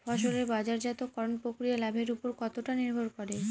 ফসলের বাজারজাত করণ প্রক্রিয়া লাভের উপর কতটা নির্ভর করে?